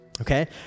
Okay